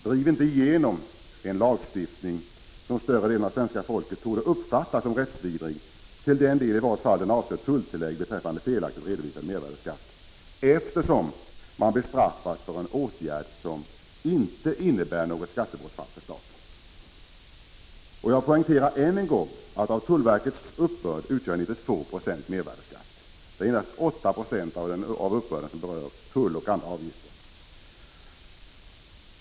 Driv inte igenom en lagstiftning som större delen av svenska folket torde uppfatta som rättsvidrig, i vart fall till den del som den avser tulltillägg vid felaktigt redovisad mervärdeskatt. Man bestraffas ju för en åtgärd som inte innebär något skattebortfall för staten. Jag poängterar än en gång att 92 90 av tullverkets uppbörd utgör mervärdeskatt. Det är endast 8 Jo av uppbörden som berör tull och andra avgifter.